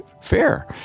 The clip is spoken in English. fair